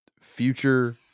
future